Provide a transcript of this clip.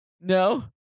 No